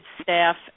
staff